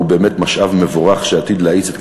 והוא באמת משאב מבורך שעתיד להאיץ את